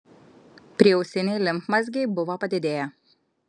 prieausiniai limfmazgiai buvo padidėję